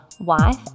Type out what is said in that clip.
wife